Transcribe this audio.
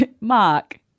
Mark